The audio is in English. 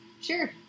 Sure